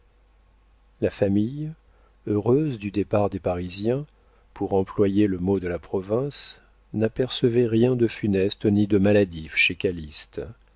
la famille heureuse du départ des parisiens pour employer le mot de la province n'apercevait rien de funeste ni de maladif chez